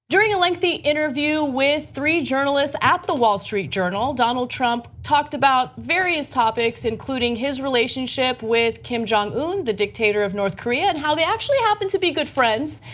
during a lengthy interview with three journalists at the wall street journal donald trump talked about various topics including his relationship with kim jong-un, the dictator of north korea, and how they actually happen to be good friends,